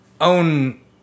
own